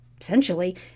essentially